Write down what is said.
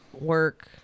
work